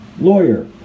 lawyer